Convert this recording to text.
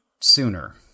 sooner